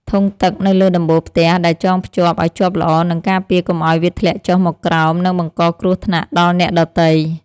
ធុងទឹកនៅលើដំបូលផ្ទះដែលចងភ្ជាប់ឱ្យជាប់ល្អនឹងការពារកុំឱ្យវាធ្លាក់ចុះមកក្រោម និងបង្កគ្រោះថ្នាក់ដល់អ្នកដទៃ។